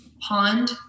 pond